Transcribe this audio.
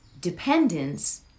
dependence